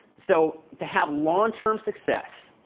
so to have long-term success,